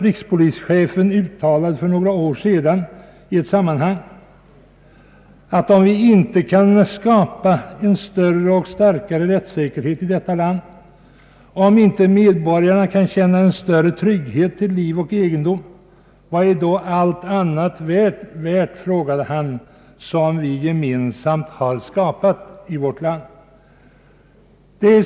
Rikspolischefen ställde för några år sedan i något sammanhang frågan: Om vi inte kan skapa en större och starkare rättssäkerhet i detta land, om inte medborgarna kan känna en större trygghet till liv och egendom, vad är då allt annat värt som vi gemensamt har skapat i vårt land? Detta är en berättigad fråga.